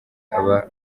aba